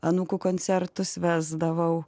anūkų koncertus vesdavau